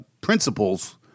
principles